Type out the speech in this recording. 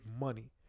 money